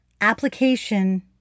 application